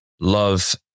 love